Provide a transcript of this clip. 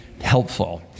helpful